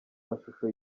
mashusho